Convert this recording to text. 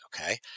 okay